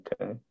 Okay